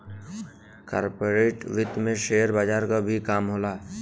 corporate वित्त में share बजार क भी काम होला